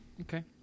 Okay